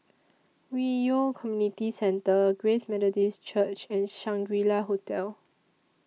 Hwi Yoh Community Centre Grace Methodist Church and Shangri La Hotel